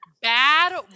Bad